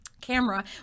camera